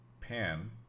Pan